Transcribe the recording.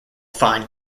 find